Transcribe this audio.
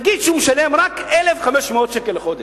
נגיד שהוא משלם רק 1,500 שקל לחודש,